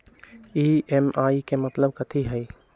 EMI के मतलब कथी होई?